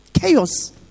chaos